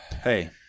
Hey